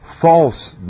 false